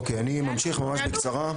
אוקיי, אני ממשיך ממש בקצרה.